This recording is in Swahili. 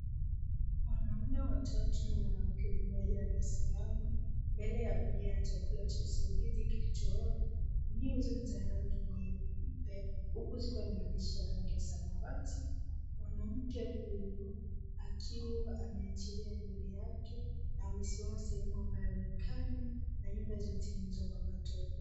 Wanaume watatu na mwanamke mmoja wamesimama mbele ya gunia ya chakula cha usaidizi kilichowekwa. Gunia hizo ni za rangi nyeupe huku zikiwa na maandishi ya rangi ya samawati. Mwanamke huyo akiwa ameachilia nywele yake na amesimama sehemu ambaye ni kame na nyumba zimetengenezwa kwa matope.